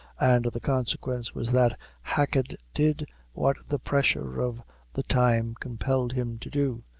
and the consequence was that hacket did what the pressure of the time compelled him to do,